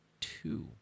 two